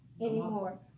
anymore